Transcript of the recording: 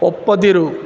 ಒಪ್ಪದಿರು